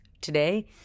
today